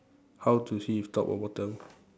how to see if top or bottom